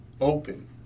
open